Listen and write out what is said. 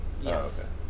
Yes